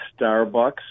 Starbucks